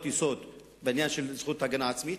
היסוד בעניין של זכות ההגנה העצמית.